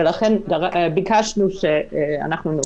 ולכן ביקשנו שנוחרג.